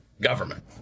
government